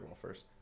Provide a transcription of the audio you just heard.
first